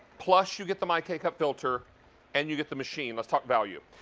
plus you get the my k-cup filter and you get the machine. let's talk value.